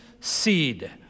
seed